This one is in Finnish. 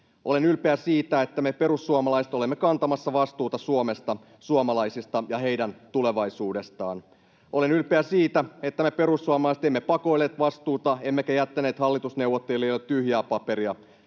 Olen ylpeä siitä, että me perussuomalaiset olemme kantamassa vastuuta Suomesta, suomalaisista ja heidän tulevaisuudestaan. Olen ylpeä siitä, että me perussuomalaiset emme pakoilleet vastuuta emmekä jättäneet hallitusneuvottelijoille tyhjää paperia.